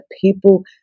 people